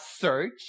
search